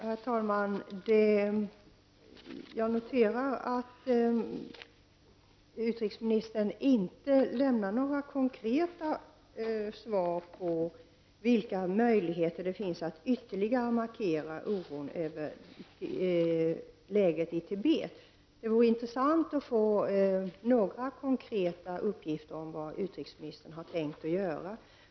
Herr talman! Jag noterar att utrikesministern inte lämnar några konkreta svar på vilka möjligheter det finns att ytterligare markera oron över läget i Tibet. Det vore intressant att få några konkreta uppgifter om vad utrikesministern har tänkt att göra.